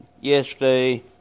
Yesterday